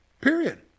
period